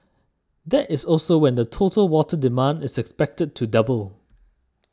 that is also when the total water demand is expected to double